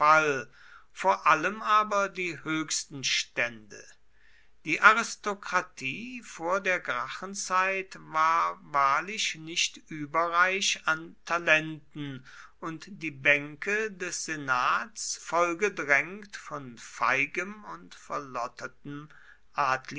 vor allem aber die höchsten stände die aristokratie vor der gracchenzeit war wahrlich nicht überreich an talenten und die bänke des senats vollgedrängt von feigem und verlottertem